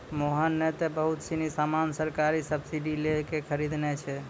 मोहन नं त बहुत सीनी सामान सरकारी सब्सीडी लै क खरीदनॉ छै